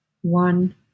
one